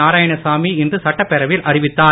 நாராயணசாமி இன்று சட்டப்பேரவையில் அறிவித்தார்